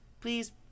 please